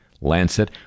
Lancet